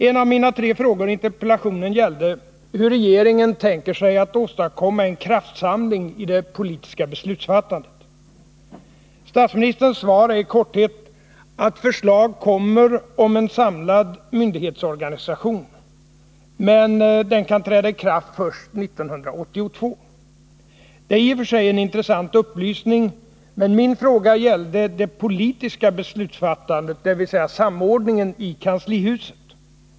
En av mina tre frågor i interpellationen gällde hur regeringen tänker sig att åstadkomma en kraftsamling i det politiska beslutsfattandet. Statsministerns svar är i korthet att förslag kommer om en samlad myndighetsorganisation men att den kan träda i kraft först 1982. Det är i och för sig en intressant upplysning, men min fråga gällde det politiska beslutsfattandet, dvs. samordningen i kanslihuset.